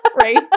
Right